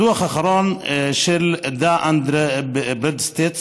הדוח האחרון של דן אנד ברדסטריט